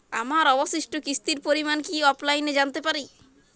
আমার অবশিষ্ট কিস্তির পরিমাণ কি অফলাইনে জানতে পারি?